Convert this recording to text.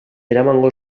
eramango